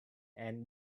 and